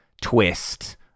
twist